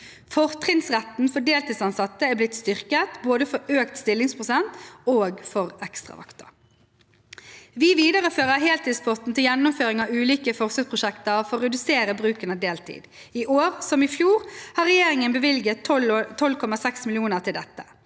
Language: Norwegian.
Fortrinnsretten for deltidsansatte er blitt styrket, både for økt stillingsprosent og for ekstravakter. Vi viderefører heltidspotten til gjennomføring av ulike forsøksprosjekter for å redusere bruk av deltid. I år, som i fjor, har regjeringen bevilget 12,6 mill. kr til dette.